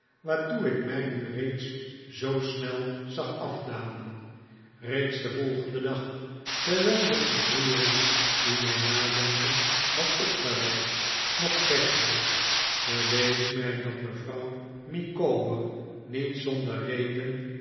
waartoe ik mij nu reeds zoo snel zag afdalen reeds de volgende dag terwijl de ontroering die mijn nadenken had opgewekt nog versch was be wees mij dat me vrouw micawber niet zonder reden